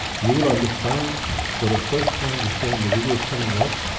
you will understand for the first time, we show in the video coming up,